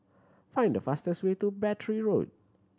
find the fastest way to Battery Road